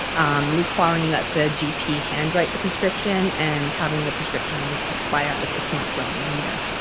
um requiring that the gp hand-write the prescription, and having the prescriptions expire after six months rather than a year.